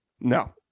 No